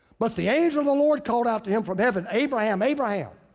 but the angel of the lord called out to him from heaven, abraham, abraham,